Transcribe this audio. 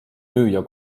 müüja